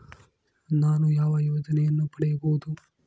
ನಾನು ಯಾವ ಯೋಜನೆಯನ್ನು ಪಡೆಯಬಹುದು?